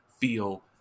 feel